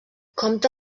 compta